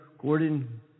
Gordon